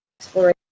exploration